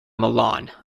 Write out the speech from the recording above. milan